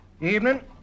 Evening